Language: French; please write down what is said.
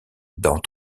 dans